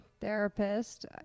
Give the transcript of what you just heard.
therapist